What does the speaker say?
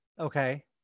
Okay